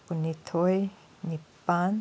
ꯀꯨꯟꯅꯤꯊꯣꯏ ꯅꯤꯄꯥꯜ